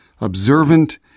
observant